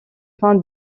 afin